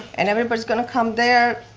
and everybody's going to come there,